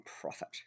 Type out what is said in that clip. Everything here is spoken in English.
profit